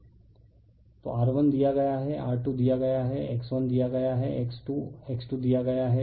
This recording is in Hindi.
रिफर स्लाइड टाइम 3717 तो R1 दिया गया है R2 दिया गया है X1 दिया गया है X2X2 दिया गया है